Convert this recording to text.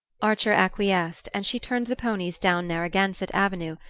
archer acquiesced, and she turned the ponies down narragansett avenue,